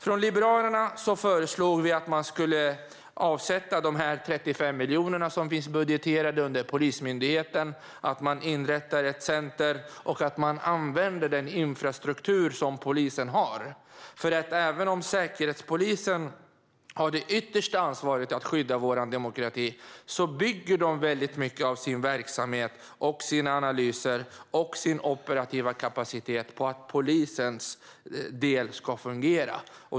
Vi i Liberalerna föreslog att man ska avsätta de 35 miljoner som finns budgeterade under Polismyndigheten - att man inrättar ett centrum och använder den infrastruktur polisen har. Även om Säkerhetspolisen har det yttersta ansvaret för att skydda vår demokrati bygger man nämligen mycket av sin verksamhet, sina analyser och sin operativa kapacitet på att polisens del fungerar.